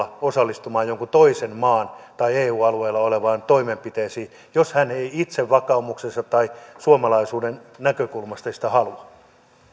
osallistumaan jonkun toisen maan tai eun alueella oleviin toimenpiteisiin jos hän ei itse vakaumuksensa tai suomalaisuuden näkökulmasta sitä halua